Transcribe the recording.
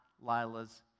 Lila's